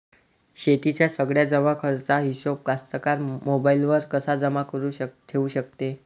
शेतीच्या सगळ्या जमाखर्चाचा हिशोब कास्तकार मोबाईलवर कसा जमा करुन ठेऊ शकते?